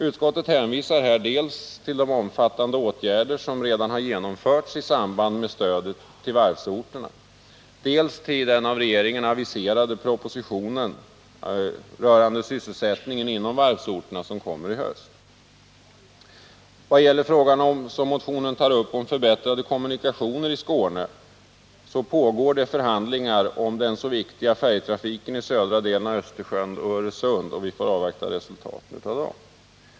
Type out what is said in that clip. Utskottet hänvisar här dels till de omfattande åtgärder som redan genomförts i samband med stödet till varvsorterna, dels till den av regeringen aviserade propositionen angående sysselsättningen inom varvsorterna, som kommer att framläggas i höst. Vad gäller den fråga som tas upp i motionen om förbättrade kommunikationer i Skåne pågår förhandlingar om den så viktiga färjetrafiken i södra delen av Östersjön och i Öresund. Vi får avvakta resultatet av dem.